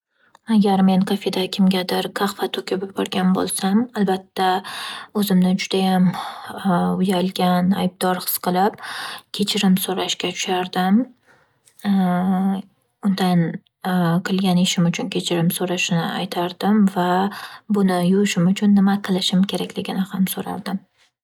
Agar men kafeda kimgadir qahva to'kib yuborgan bo'lsam, akbatta, o'zimni judayam uyalgan, aybdor his qilib, kechirim so'rashga tushardim. Undan qilgan ishim uchun kechirim so'rashini aytardim va buni yuvishim uchun nima qilishim kerakligini ham so'rardim.